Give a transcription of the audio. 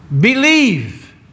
Believe